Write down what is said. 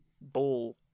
ball